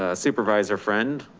ah supervisor friend,